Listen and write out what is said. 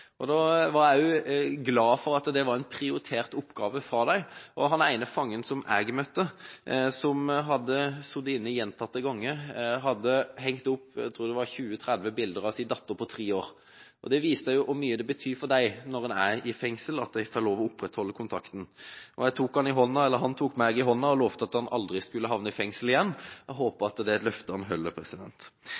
var en prioritert oppgave hos dem. Den ene fangen som jeg møtte, og som hadde sittet inne gjentatte ganger, hadde hengt opp 20–30 bilder av sin datter på tre år. Det viser hvor mye det betyr for dem når de er i fengsel, at de får lov til å opprettholde kontakten. Han tok meg i hånda og lovte at han aldri skulle havne i fengsel igjen. Jeg håper det er et løfte han